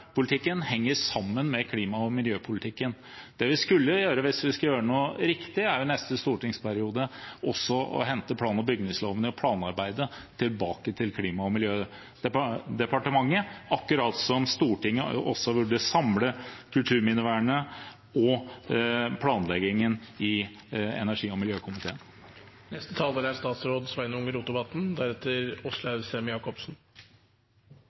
henger sammen med klima- og miljøpolitikken. Det vi skulle gjort hvis vi skal gjøre noe riktig, er i neste stortingsperiode å hente plan- og bygningsloven og planarbeidet tilbake til Klima- og miljødepartementet, akkurat som Stortinget også burde samle kulturminnevernet og planleggingen i energi- og miljøkomiteen.